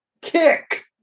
kick